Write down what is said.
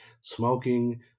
smoking